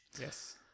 Yes